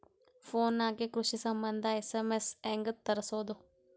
Phone ನಾಗೆ ಕೃಷಿ ಸಂಬಂಧ ಎಸ್.ಎಮ್.ಎಸ್ ಹೆಂಗ ತರಸೊದ?